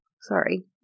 sorry